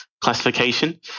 classification